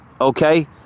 okay